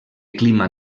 clima